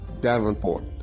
Davenport